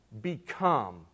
become